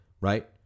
right